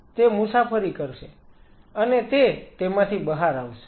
તે મુસાફરી કરશે અને તે તેમાંથી બહાર આવશે